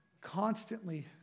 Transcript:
constantly